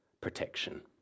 protection